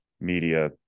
media